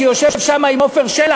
שיושב שם עם עפר שלח,